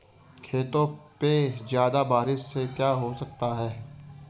खेतों पे ज्यादा बारिश से क्या हो सकता है?